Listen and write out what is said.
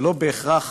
ולא בהכרח